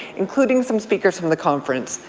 including some speakers from the conference.